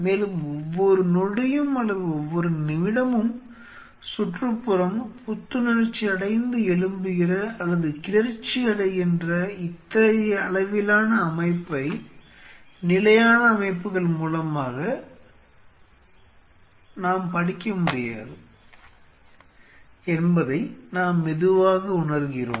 மேலும் ஒவ்வொரு நொடியும் அல்லது ஒவ்வொரு நிமிடமும் சுற்றுப்புறம் புத்துணர்ச்சியடைந்து எழும்புகிற அல்லது கிளர்ச்சியடைகின்ற இத்தகைய அளவிலான அமைப்பை நிலையான அமைப்புகள் மூலமாக படிக்க முடியாது என்பதை நாம் மெதுவாக உணர்கிறோம்